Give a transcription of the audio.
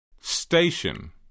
Station